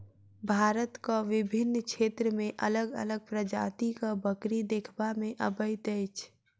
भारतक विभिन्न क्षेत्र मे अलग अलग प्रजातिक बकरी देखबा मे अबैत अछि